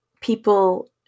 people